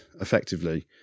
effectively